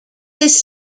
his